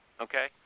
okay